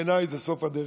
בעיניי זה סוף הדרך.